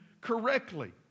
correctly